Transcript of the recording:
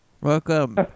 Welcome